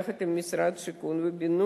יחד עם משרד השיכון והבינוי,